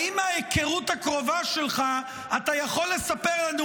האם מההיכרות הקרובה שלך אתה יכול לספר לנו